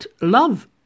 love